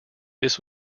this